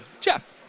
Jeff